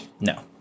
no